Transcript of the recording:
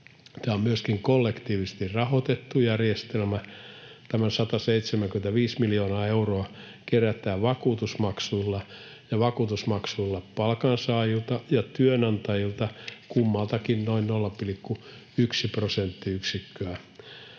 Tämä on myöskin kollektiivisesti rahoitettu järjestelmä. Tämä 175 miljoonaa euroa kerätään vakuutusmaksuilla palkansaajilta ja työnantajilta; kummaltakin noin 0,1 prosenttiyksikköä